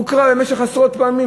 שמו הוקרא עשרות פעמים,